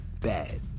bad